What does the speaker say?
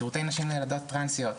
שירותי נשים לילדות טרנסיות,